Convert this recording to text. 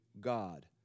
God